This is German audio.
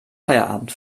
feierabend